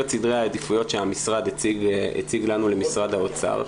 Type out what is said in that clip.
סדרי העדיפויות שהמשרד הציג לנו למשרד האוצר,